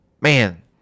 man